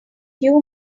few